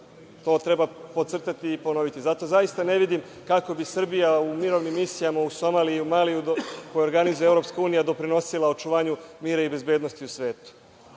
To treba potcrtati i ponoviti. Zato zaista ne vidim kako bi Srbija u mirovnim misijama u Somaliji i Maliju, koje organizuje EU, doprinosila očuvanju mira i bezbednosti u svetu. Što